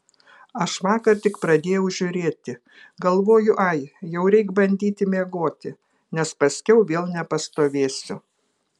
aš vakar tik pradėjau žiūrėti galvoju ai jau reik bandyti miegoti nes paskiau vėl nepastovėsiu